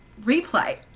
replay